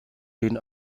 den